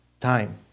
time